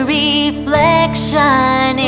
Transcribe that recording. reflection